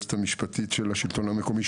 היועצת המשפטית של השלטון המקומי,